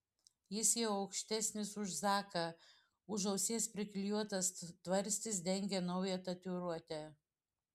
jis jau aukštesnis už zaką už ausies priklijuotas tvarstis dengia naują tatuiruotę